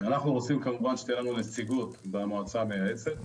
אנחנו רוצים שתהיה לנו נציגות במועצה המייעצת